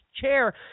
chair